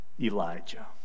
Elijah